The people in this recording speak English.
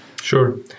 Sure